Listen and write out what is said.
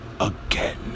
again